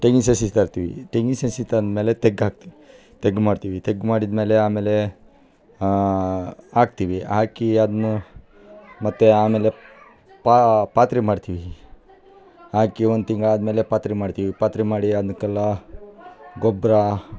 ತೆಂಗಿನ ಸಸಿ ತರ್ತೀವಿ ತೆಂಗಿನ ಸಸಿ ತಂದು ಮೇಲೆ ತೆಗ್ಗು ಹಾಕ್ತೀವಿ ತೆಗ್ಗು ಮಾಡ್ತೀವಿ ತೆಗ್ಗು ಮಾಡಿದ ಮೇಲೆ ಆಮೇಲೆ ಹಾಕ್ತೀವಿ ಹಾಕಿ ಅದ್ನ ಮತ್ತು ಆಮೇಲೆ ಪಾತ್ರೆ ಮಾಡ್ತೀವಿ ಹಾಕಿ ಒಂದು ತಿಂಗ್ಳು ಆದಮೇಲೆ ಪಾತ್ರೆ ಮಾಡ್ತೀವಿ ಪಾತ್ರೆ ಮಾಡಿ ಆದ್ನಕೆಲ್ಲಾ ಗೊಬ್ಬರ